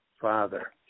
father